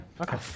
Okay